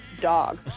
dog